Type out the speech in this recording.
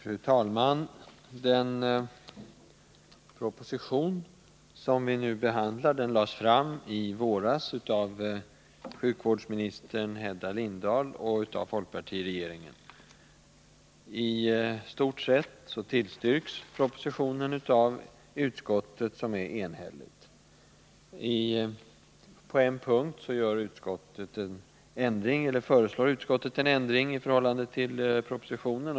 Fru talman! Den proposition som vi nu behandlar lades fram i våras av sjukvårdsministern Hedda Lindahl och av folkpartiregeringen. I stort sett tillstyrks propositionen av utskottet, som är enhälligt. På en punkt föreslår utskottet en ändring i förhållande till propositionen.